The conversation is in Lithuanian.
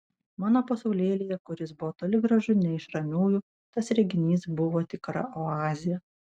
mano pasaulėlyje kuris buvo toli gražu ne iš ramiųjų tas reginys buvo tikra oazė